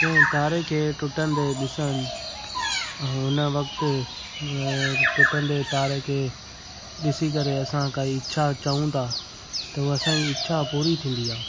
कंहिं तारे खे टुटंदे ॾिसणु हुन वक़्तु टुटंदे तारे खे ॾिसी करे असां काई इच्छा चऊं था त उहो असांजी इच्छा पूरी थींदी आहे